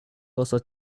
also